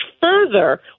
further